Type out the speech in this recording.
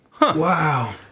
Wow